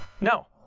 No